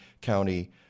County